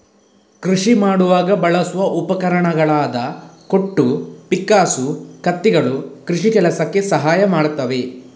ಕೃಷಿ ಮಾಡುವಾಗ ಬಳಸುವ ಉಪಕರಣಗಳಾದ ಕೊಟ್ಟು, ಪಿಕ್ಕಾಸು, ಕತ್ತಿಗಳು ಕೃಷಿ ಕೆಲಸಕ್ಕೆ ಸಹಾಯ ಮಾಡ್ತವೆ